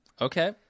Okay